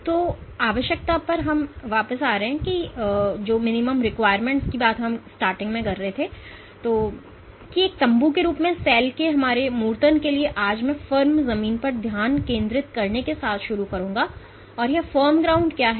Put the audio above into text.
तो आवश्यकता पर वापस आ रहे हैं या एक तम्बू के रूप में सेल के हमारे अमूर्तन के लिए आज मैं फर्म जमीन पर ध्यान केंद्रित करने के साथ शुरू करूंगा और यह फर्म ग्राउंड क्या है